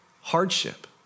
hardship